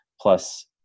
plus